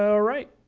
all right,